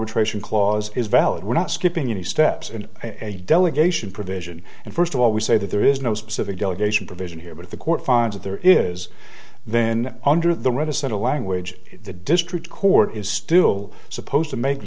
arbitration clause is valid we're not skipping any steps in a delegation provision and first of all we say that there is no specific delegation provision here but the court finds if there is then under the right a sort of language the district court is still supposed to make